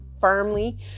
firmly